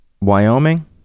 Wyoming